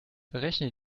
berechne